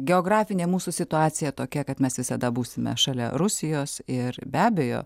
geografinė mūsų situacija tokia kad mes visada būsime šalia rusijos ir be abejo